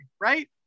right